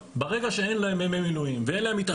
ברגע שאין להם התעצמות,